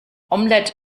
omelette